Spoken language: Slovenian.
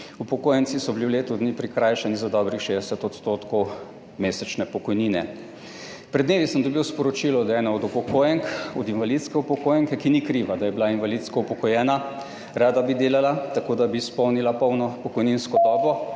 Upokojenci so bili v letu dni prikrajšani za dobrih 60 % mesečne pokojnine. Pred dnevi sem dobil sporočilo, da je ena od upokojenk, invalidska upokojenka, ki ni kriva, da je bila invalidsko upokojena, rada bi delala, takoda bi izpolnila polno pokojninsko dobo,